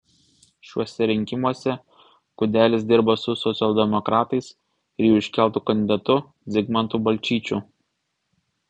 šiuose rinkimuose gudelis dirba su socialdemokratais ir jų iškeltu kandidatu zigmantu balčyčiu